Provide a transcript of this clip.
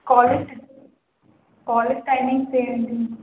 college college timings ఏంటండి